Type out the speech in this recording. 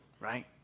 right